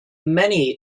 many